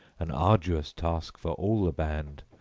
an arduous task for all the band,